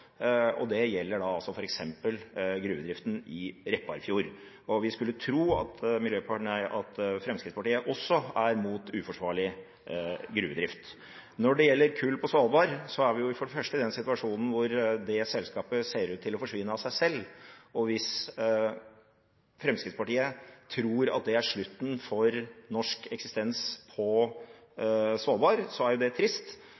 og det gjelder f.eks. gruvedriften i Repparfjord. Og vi skulle tro at Fremskrittspartiet også er mot uforsvarlig gruvedrift. Når det gjelder kull på Svalbard, er vi for det første i den situasjonen at det selskapet ser ut til å forsvinne av seg selv, og hvis Fremskrittspartiet tror at det er slutten for norsk eksistens på Svalbard, er jo det trist.